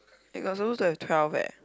eh we are supposed to have twelve leh